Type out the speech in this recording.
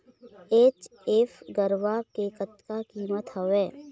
HF गरवा के कतका कीमत हवए?